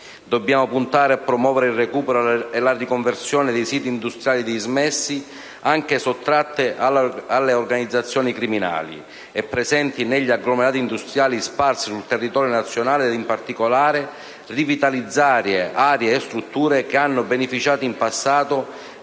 Dobbiamo puntare a promuovere il recupero e la riconversione di siti industriali dismessi, anche sottratti alle organizzazioni criminali, e presenti negli agglomerati industriali sparsi sul territorio nazionale ed in particolare rivitalizzare aree e strutture che hanno beneficiato in passato